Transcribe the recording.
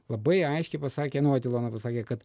labai aiškiai pasakė nu vat ilona pasakė kad